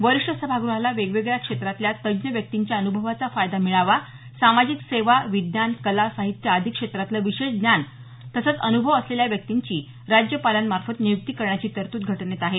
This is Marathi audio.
वरिष्ठ सभागृहाला वेगवेगळ्या क्षेत्रांतल्या तज्ज्ञ व्यक्तींच्या अनुभवाचा फायदा मिळावा सामाजिक सेवा विज्ञान कला साहित्य आदी क्षेत्रांतलं विशेष ज्ञान तसंच अनुभव असलेल्या व्यक्तींची राज्यपालांमार्फत नियुक्ती करण्याची तरतूद घटनेत आहे